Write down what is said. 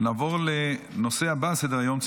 נעבור לנושא הבא שעל סדר-היום,